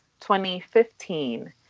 2015